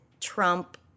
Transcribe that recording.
Trump